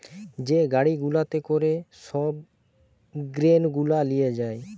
যে গাড়ি গুলাতে করে সব গ্রেন গুলা লিয়ে যায়